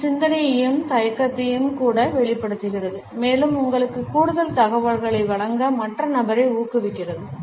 இது சிந்தனையையும் தயக்கத்தையும் கூட வெளிப்படுத்துகிறது மேலும் உங்களுக்கு கூடுதல் தகவல்களை வழங்க மற்ற நபரை ஊக்குவிக்கிறது